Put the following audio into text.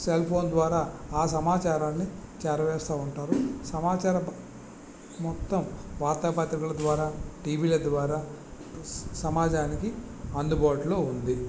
cell phone ద్వారా ఆ సమాచారాన్ని చేరవేస్తూ ఉంటారు సమాచారం మొత్తం వార్తా పత్రికల ద్వారా టీవీల ద్వారా సమాజానికి అందుబాటులో ఉంది